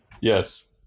yes